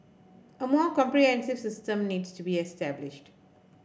a more comprehensive system needs to be established